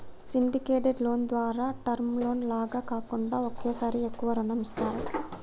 syndicated loan ద్వారా term loan లాగా కాకుండా ఒకేసారి ఎక్కువ రుణం ఇస్తారు